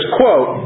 quote